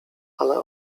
ale